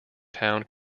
town